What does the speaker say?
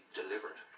delivered